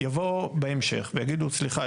יבוא בהמשך ויגידו סליחה,